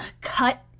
cut